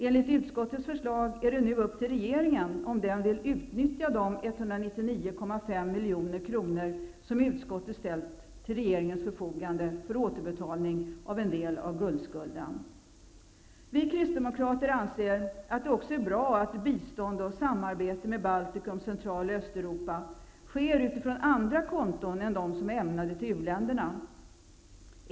Enligt utskottets förslag är det nu upp till regeringen om den vill utnyttja de 199,5 milj.kr. som utskottet ställt till regeringens förfogande, för återbetalning av en del av guldskulden. Vi kristdemokrater anser att det också är bra att bistånd och samarbete med Baltikum, Central och Östeuropa sker utifrån andra konton än de som är ämnade till u-länderna.